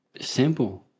simple